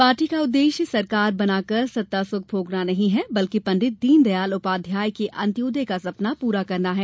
party का उद्देश्य सरकार बनाकर सत्तासुख भोगना नहीं है बल्कि पंडित दीनदयाल उपाध्याय के अंत्योदय का सपना पूरा करना है